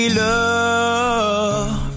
love